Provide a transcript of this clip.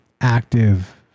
active